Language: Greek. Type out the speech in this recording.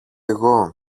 εγώ